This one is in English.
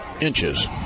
inches